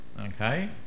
Okay